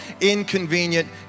inconvenient